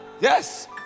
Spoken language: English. Yes